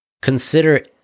consider